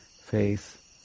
faith